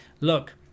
look